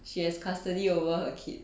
she has custody over a kids